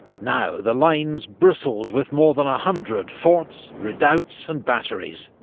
now the lines bristled with more than a hundred forts, redoubts and batteries,